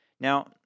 Now